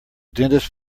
dentist